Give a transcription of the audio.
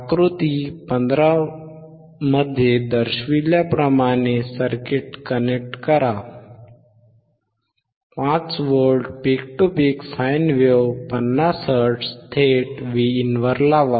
आकृती 15 मध्ये दर्शविल्याप्रमाणे सर्किट कनेक्ट करा 5 volt peak to peak sine wave 50 hertz थेट Vin वर लावा